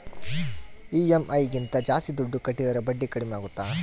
EMI ಗಿಂತ ಜಾಸ್ತಿ ದುಡ್ಡು ಕಟ್ಟಿದರೆ ಬಡ್ಡಿ ಕಡಿಮೆ ಆಗುತ್ತಾ?